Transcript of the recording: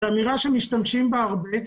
אמירה שמשתמשים בה הרבה.